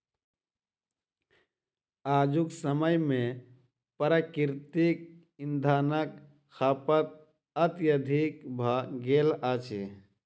आजुक समय मे प्राकृतिक इंधनक खपत अत्यधिक भ गेल अछि